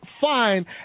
fine